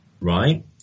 Right